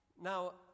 Now